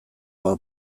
bat